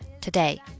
today